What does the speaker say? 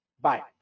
Bye